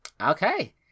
Okay